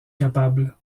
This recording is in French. capables